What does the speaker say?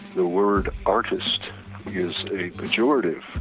the word artist is a pejorative.